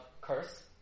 curse